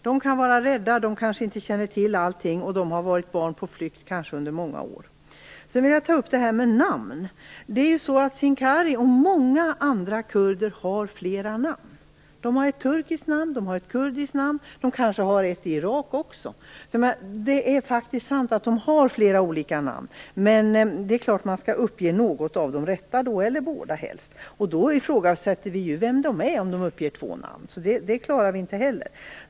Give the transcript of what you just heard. De kan vara rädda, de kanske inte känner till allting och de kanske har varit på flykt i många år. Sedan vill jag ta upp det här med namn. Såväl familjen Sincari som många andra kurder har flera namn. De har ett turkiskt namn, ett kurdiskt namn och kanske ett irakiskt också. Så det är faktiskt sant att de har flera olika namn. Däremot är det klart att de skall uppge ett namn som är rätt, eller helst båda. Men om de uppger två namn ifrågasätter vi vilka de är, så det klarar vi inte heller.